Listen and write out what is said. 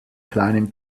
kleinen